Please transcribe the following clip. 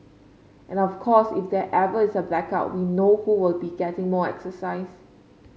and of course if there ever is a blackout we know who will be getting more exercise